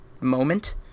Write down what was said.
moment